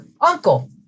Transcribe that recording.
uncle